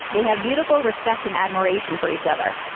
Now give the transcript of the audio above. they have beautiful respect and admiration for each other.